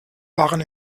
waren